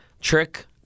trick